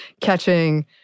catching